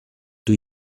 two